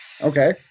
Okay